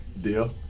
Deal